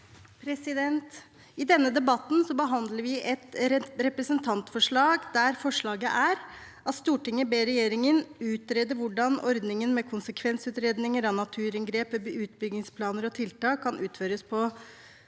I denne debatten behandler vi et representantforslag der forslaget er at Stortinget ber regjeringen utrede hvordan ordningen med konsekvensutredninger av naturinngrep ved utbyggingsplaner og -tiltak kan utføres på en